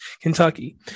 Kentucky